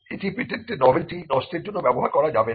এটি পেটেন্টের নভেলটি নষ্টের জন্য ব্যবহার করা যাবে না